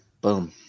Boom